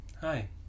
Hi